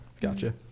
Gotcha